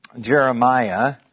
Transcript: Jeremiah